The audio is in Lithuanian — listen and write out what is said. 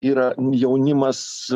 yra jaunimas